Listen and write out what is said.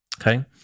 Okay